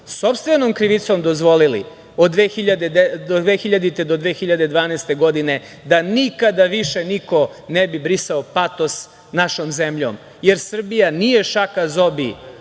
sopstvenom krivicom dozvolili od 2000. do 2012. godine, da nikada više niko ne bi brisao patos našom zemljom. Srbija nije šaka zobi